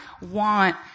want